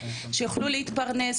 שיוכלו להתפרנס,